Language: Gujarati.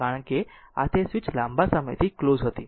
કારણ કે આ તે સ્વિચ લાંબા સમયથી ક્લોઝ હતું